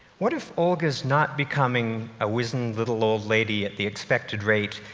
what if olga is not becoming a wizened little old lady at the expected rate,